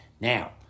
Now